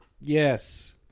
Yes